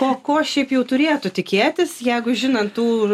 o ko šiaip jau turėtų tikėtis jeigu žinant tų